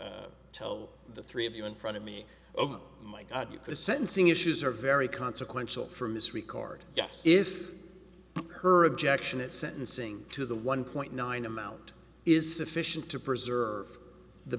tell the three of you in front of me oh my god you can sensing issues are very consequential from this record yes if her objection at sentencing to the one point nine amount is sufficient to preserve the